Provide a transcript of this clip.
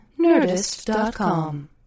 Nerdist.com